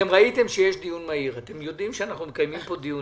אתם ראיתם שיש דיון מהיר ואתם יודעים שאנחנו מקיימים פה דיונים.